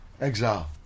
Exile